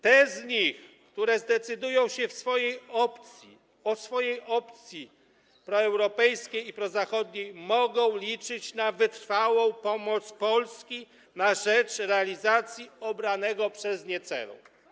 Te z nich, które zdecydują o swojej opcji proeuropejskiej i prozachodniej, mogą liczyć na wytrwałą pomoc Polski na rzecz realizacji obranego przez nie celu.